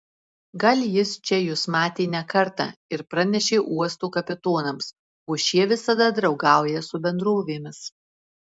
gal jis čia jus matė ne kartą ir pranešė uosto kapitonams o šie visada draugauja su bendrovėmis